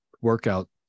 Workout